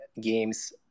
games